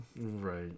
right